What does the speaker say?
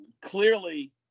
clearly